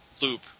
loop